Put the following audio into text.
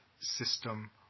system